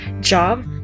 job